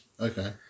Okay